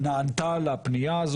שהשרה נענתה לפנייה.